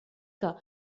que